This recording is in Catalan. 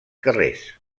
carrers